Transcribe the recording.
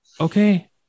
Okay